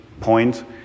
point